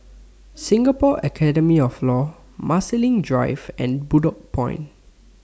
Singapore Academy of law Marsiling Drive and Bedok Point